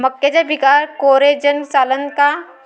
मक्याच्या पिकावर कोराजेन चालन का?